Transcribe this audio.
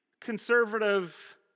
conservative